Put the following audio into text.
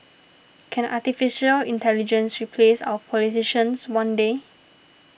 can Artificial Intelligence replace our politicians one day